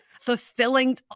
fulfilling